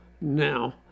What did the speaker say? now